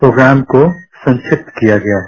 programme को संक्षिप्त किया गया है